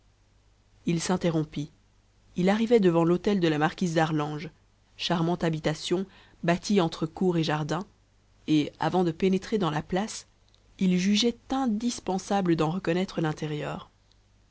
il s'interrompit il arrivait devant l'hôtel de la marquise d'arlange charmante habitation bâtie entre cour et jardin et avant de pénétrer dans la place il jugeait indispensable d'en reconnaître l'intérieur